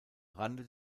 rande